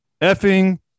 effing